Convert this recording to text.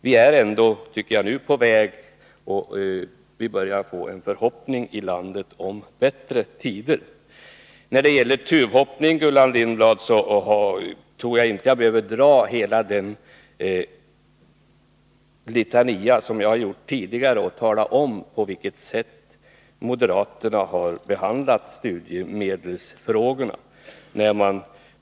Vi är ändå nu på rätt väg, och vi börjar få förhoppningar i landet om bättre tider. När det gäller tuvhoppning, Gullan Lindblad, tror jag inte att jag behöver dra hela den litania som jag dragit tidigare och tala om på vilket sätt moderaterna har behandlat studiemedelsfrågorna.